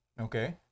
Okay